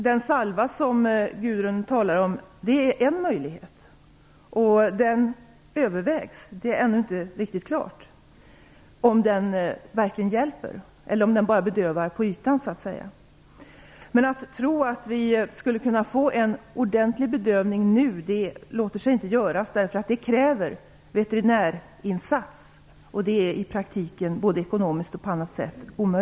Den salva som Gudrun Lindvall talar om är en möjlighet som övervägs. Det är ännu inte riktigt klart om den verkligen hjälper eller om den bara bedövar på ytan. Men det går inte att tro att vi kan ge en ordentlig bedövning nu, eftersom det kräver en veterinärinsats. Det är i praktiken omöjligt, både ekonomiskt och på annat sätt.